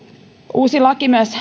uusi laki myös